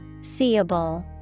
seeable